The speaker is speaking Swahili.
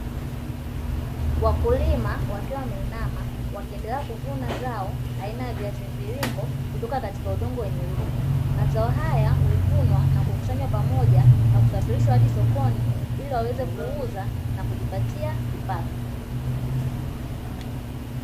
Wakulima wakiwa wameinama, wakiendelea kuvuna zao aina ya viazi mviringo kutoka katika udongo wenye rutuba, mazao haya huvunwa na kukusanywa pamoja na kusafirishwa hadi sokoni ili yaweze kuuzwa na kujipatia kipato.